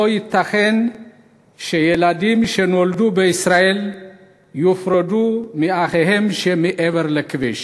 לא ייתכן שילדים שנולדו בישראל יופרדו מאחיהם שמעבר לכביש.